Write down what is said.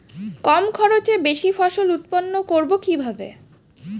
কম খরচে বেশি ফসল উৎপন্ন করব কিভাবে?